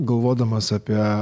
galvodamas apie